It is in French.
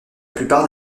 plupart